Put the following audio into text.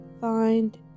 find